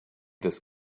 this